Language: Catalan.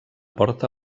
porta